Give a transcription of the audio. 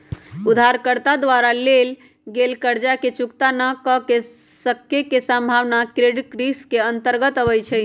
उधारकर्ता द्वारा लेल गेल कर्जा के चुक्ता न क सक्के के संभावना क्रेडिट रिस्क के अंतर्गत आबइ छै